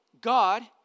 God